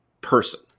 person